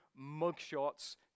mugshots